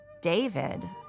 David